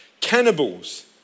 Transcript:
cannibals